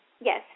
Yes